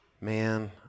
Man